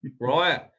right